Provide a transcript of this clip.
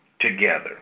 together